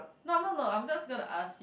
no I'm not not I'm just gonna ask him